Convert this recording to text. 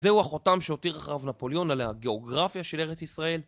זהו החותם שהותיר אחריו נפוליאון על הגיאוגרפיה של ארץ ישראל.